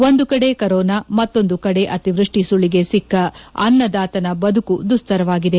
ಒಂದು ಕಡೆ ಕೊರೋನಾ ಮತ್ತೊಂದು ಕಡೆ ಅತಿವೃಷ್ಟಿ ಸುಳಿಗೆ ಸಿಕ್ಕ ಅನ್ನದಾತನ ಬದುಕು ದುಸ್ತರವಾಗಿದೆ